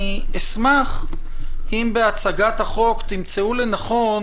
אני אשמח אם בהצגת החוק תמצאו לנכון,